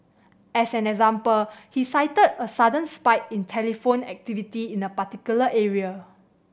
as an example he cited a sudden spike in telephone activity in a particular area